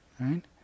Right